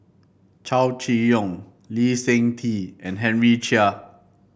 Chow Chee Yong Lee Seng Tee and Henry Chia